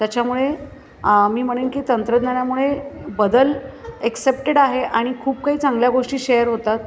त्याच्यामुळे मी म्हणेन की तंत्रज्ञानामुळे बदल एक्सेपटेड आहे आणि खूप काही चांगल्या गोष्टी शेअर होतात